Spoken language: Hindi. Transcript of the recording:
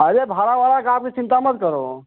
अरे भाड़ा वाड़ा की आप चिंता मत करो